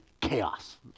chaos